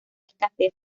escasez